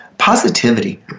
positivity